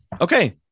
okay